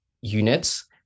units